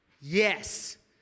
Yes